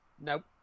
Nope